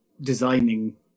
designing